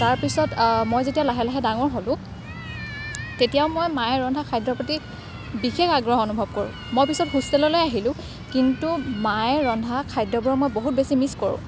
তাৰপিছত মই যেতিয়া লাহে লাহে ডাঙৰ হ'লোঁ তেতিয়াও মই মায়ে ৰন্ধা খাদ্যৰ প্ৰতি বিশেষ আগ্ৰহ অনুভৱ কৰোঁ মই পিছত হোষ্টেললৈ আহিলোঁ কিন্তু মায়ে ৰন্ধা খাদ্যবোৰ মই বহুত বেছি মিছ কৰোঁ